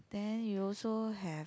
then you also have